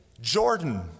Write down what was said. Jordan